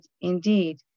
indeed